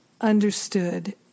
understood